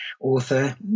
author